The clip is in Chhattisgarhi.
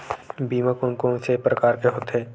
बीमा कोन कोन से प्रकार के होथे?